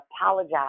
apologize